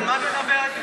על מה את מדברת בכלל?